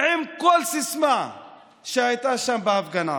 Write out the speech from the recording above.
עם כל סיסמה שהייתה שם בהפגנה.